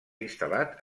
instal·lat